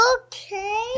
Okay